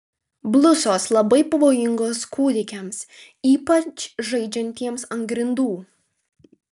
blusos labai pavojingos kūdikiams ypač žaidžiantiems ant grindų